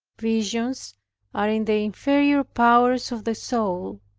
visions are in the inferior powers of the soul,